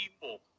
people